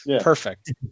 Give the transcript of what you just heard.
perfect